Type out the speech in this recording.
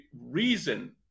reason